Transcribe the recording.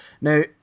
now